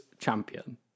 champion